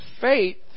faith